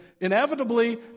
inevitably